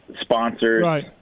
sponsors